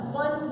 one